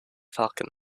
falcon